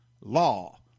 law